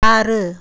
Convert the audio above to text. ஆறு